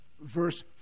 Verse